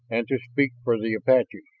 and to speak for the apaches.